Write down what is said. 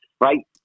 right